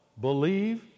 believe